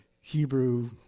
Hebrew